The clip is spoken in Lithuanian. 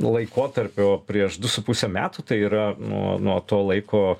laikotarpio prieš du su puse metų tai yra nuo nuo to laiko